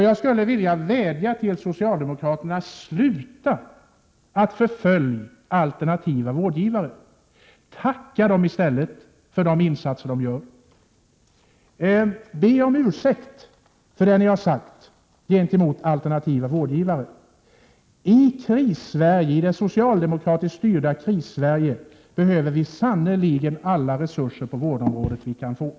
Jag skulle vilja vädja till socialdemokraterna: Sluta att förfölja alternativa vårdgivare! Tacka dem i stället för de insatser de gör! Be om ursäkt för vad ni har sagt om alternativa vårdgivare! I det socialdemokratiskt styrda Krissverige behöver vi sannerligen alla resurser som vi kan få på vårdområdet.